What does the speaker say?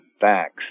facts